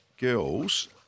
girls